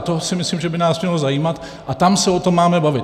To si myslím, že by nás mělo zajímat, a tam se o tom máme bavit.